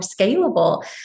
scalable